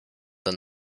than